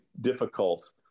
difficult